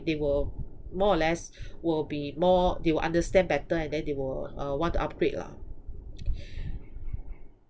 they will more or less will be more they will understand better and then they will uh want to upgrade lah